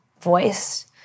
voice